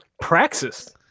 praxis